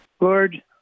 lord